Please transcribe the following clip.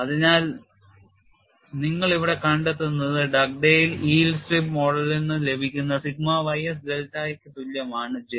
അതിനാൽ നിങ്ങൾ ഇവിടെ കണ്ടെത്തുന്നത് ഡഗ്ഡേൽ yield സ്ട്രിപ്പ് മോഡലിൽ നിന്ന് ലഭിക്കുന്ന സിഗ്മ ys ഡെൽറ്റയ്ക്ക് തുല്യമാണ് J